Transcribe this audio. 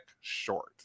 short